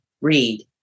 read